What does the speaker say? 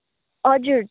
हजुर